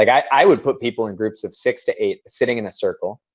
i would put people in groups of six to eight, sitting in a circle,